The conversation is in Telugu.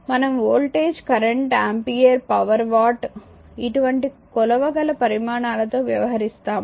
మనం voltage current ampere power watt ఇటువంటి కొలవగల పరిమాణాలతో వ్యవహరిస్తాము